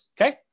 okay